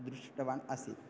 दृष्टवान् आसीत्